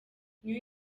new